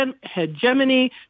hegemony